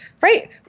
right